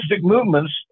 movements